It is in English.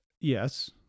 Yes